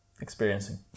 Experiencing